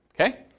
Okay